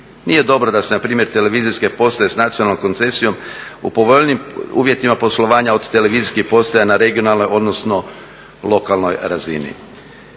Nije dobro da su npr. televizijske postaje s nacionalnom koncesijom u povoljnijim uvjetima poslovanja od televizijskih postaja na regionalnoj, odnosno lokalnoj razini.